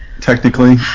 Technically